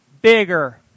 bigger